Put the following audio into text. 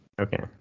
Okay